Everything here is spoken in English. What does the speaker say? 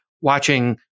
watching